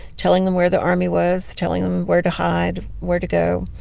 telling them where the army was, telling them where to hide, where to go.